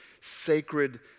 sacred